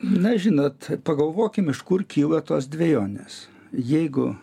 na žinot pagalvokim iš kur kyla tos dvejonės jeigu